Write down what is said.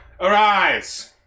Arise